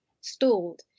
stalled